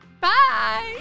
Bye